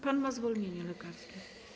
Pan ma zwolnienie lekarskie.